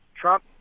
Trump